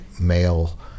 male